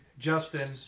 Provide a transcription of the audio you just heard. Justin